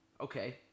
Okay